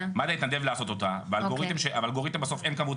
מד"א התנדב לעשות אותה והאלגוריתם בסוף אין כמות